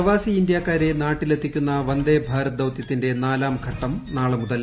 പ്രവാസി ഇന്ത്യക്കാരെ നാട്ടിലെത്തിക്കുന്ന ഭാരത് വന്ദേ ദൌതൃത്തിന്റെ നാലാം ഘട്ടം നാളെ മുതൽ